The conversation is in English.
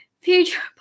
future